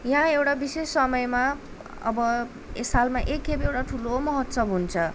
यहाँ एउटा विशेष समयमा अब सालमा एकखेप एउटा ठुलो महोत्सव हुन्छ